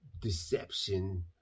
deception